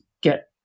get